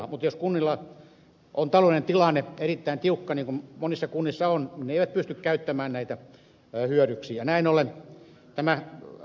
mutta jos kunnilla on taloudellinen tilanne erittäin tiukka niin kuin monissa kunnissa on ne eivät pysty käyttämään näitä hyödyksi